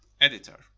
EDITOR